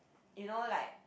you know like